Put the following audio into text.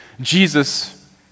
Jesus